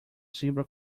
zebra